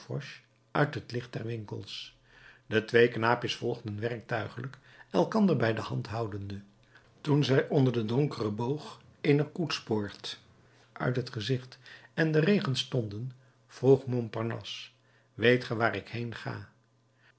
uit het licht der winkels de twee knaapjes volgden werktuiglijk elkander bij de hand houdende toen zij onder den donkeren boog eener koetspoort uit het gezicht en den regen stonden vroeg montparnasse weet ge waar ik heen